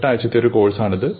എട്ട് ആഴ്ചത്തെ ഒരു കോഴ്സാണിത്